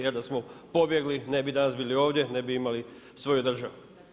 Jer da smo pobjegli ne bi danas bili ovdje, ne bi imali svoju državu.